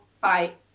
fight